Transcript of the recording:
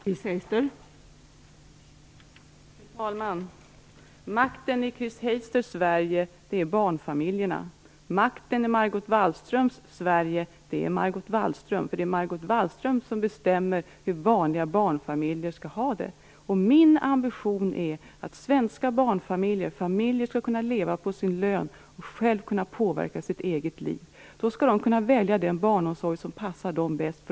Fru talman! Makten i Chris Heisters Sverige är barnfamiljerna. Makten i Margot Wallströms Sverige är Margot Wallström, eftersom det är Margot Wallström som bestämmer hur vanliga barnfamiljer skall ha det. Min ambition är att svenska barnfamiljer och andra familjer skall kunna leva på sin lön och själva kunna påverka sitt eget liv. Föräldrar skall kunna välja den barnomsorg som passar dem bäst.